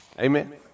Amen